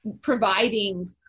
providing